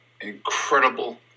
incredible